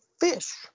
fish